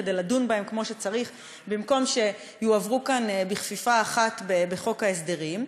כדי לדון בהם כמו שצריך במקום שיועברו כאן בכפיפה אחת בחוק ההסדרים.